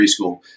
preschool